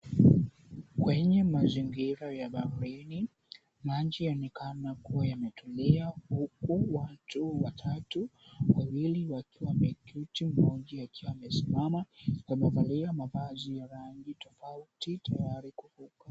Kwenye mazingira ya baharini, maji yanaonekana kuwa yametulia. Huku watu watatu, wawili wakiwa wameketi mmoja akiwa amesimama. Wamevalia mavazi ya rangi tofauti, tayari kuvuka.